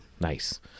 nice